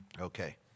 Okay